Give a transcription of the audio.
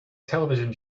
television